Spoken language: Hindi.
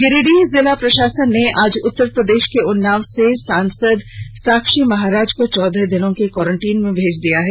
गिरिडीह जिला प्रशासन ने आज उत्तर प्रदेश के उन्नाव से सांसद साक्षी महाराज को चौदह दिनों के कोरेन्टीन में भेज दिया है